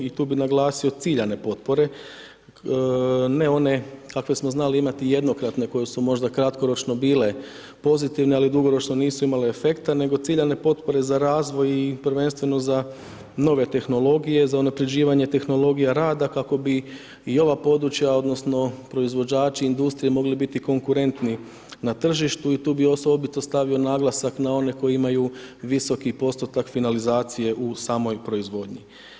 I tu bih naglasio ciljane potpore, ne one kakve smo znali imati jednokratne koje su možda kratkoročno bile pozitivne ali dugoročno nisu imale efekta nego ciljane potpore za razvoj i prvenstveno za nove tehnologije, za unapređivanje tehnologija rada kako bi i ova područja odnosno proizvođači i industrije mogli biti konkurentni na tržištu i tu bih osobito stavio naglasak na one koji imaju visoki postotak finalizacije u samoj proizvodnji.